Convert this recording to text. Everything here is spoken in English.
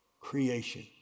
creation